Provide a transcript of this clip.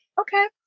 okay